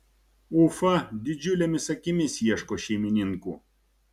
ufa didžiulėmis akimis ieško šeimininkų